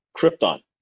krypton